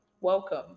welcome